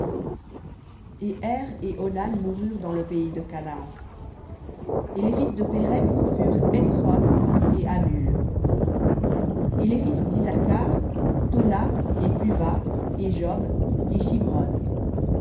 et er et onan moururent dans le pays de canaan et les fils de pérets furent hetsron et hamul et les fils d'issacar thola et puva et job et shimron